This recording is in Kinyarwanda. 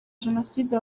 jenoside